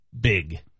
big